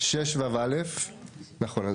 6ו(א), נכון.